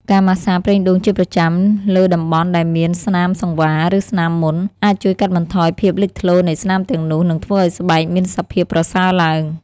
ការម៉ាស្សាប្រេងដូងជាប្រចាំលើតំបន់ដែលមានស្នាមសង្វារ ឬស្នាមមុន អាចជួយកាត់បន្ថយភាពលេចធ្លោនៃស្នាមទាំងនោះ នឹងធ្វើឲ្យស្បែកមានសភាពប្រសើរឡើង។